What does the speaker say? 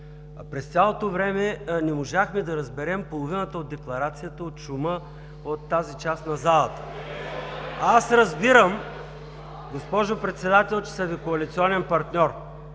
През цялото време не можахме да разберем половината от Декларацията от шума в тази част на залата. (Шум и реплики от ГЕРБ.) Аз разбирам, госпожо Председател, че са Ви коалиционен партньор,